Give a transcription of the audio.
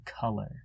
color